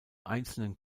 einzelnen